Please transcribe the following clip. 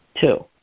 Two